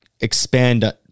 expand